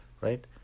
right